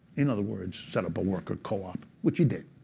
in other words, set up a worker co-op, which he did.